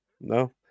no